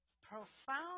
profound